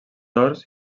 horts